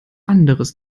anders